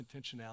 intentionality